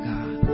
God